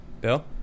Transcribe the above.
Bill